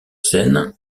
seine